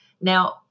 Now